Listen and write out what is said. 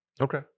Okay